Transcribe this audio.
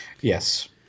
yes